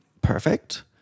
perfect